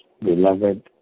Beloved